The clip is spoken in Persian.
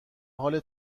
حال